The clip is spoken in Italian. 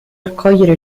accogliere